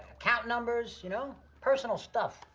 account numbers, you know? personal stuff,